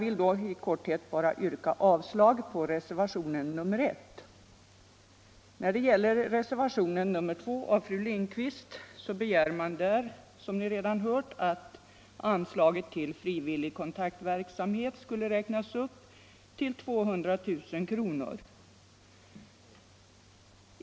I reservationen 2 begär fru Lindquist att anslaget till frivillig kontaktverksamhet skall räknas upp till 200 000 kr.